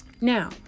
now